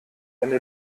eine